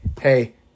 hey